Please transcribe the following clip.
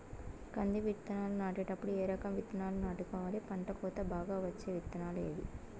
కంది విత్తనాలు నాటేటప్పుడు ఏ రకం విత్తనాలు నాటుకోవాలి, పంట కోత బాగా వచ్చే విత్తనాలు ఏవీ?